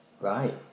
Right